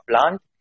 plant